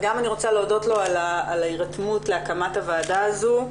וגם אני רוצה להודות לו על ההירתמות להקמת הוועדה הזו,